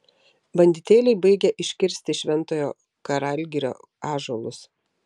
banditėliai baigia iškirsti šventojo karalgirio ąžuolus